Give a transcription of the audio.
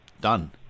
done